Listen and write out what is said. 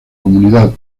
comunidad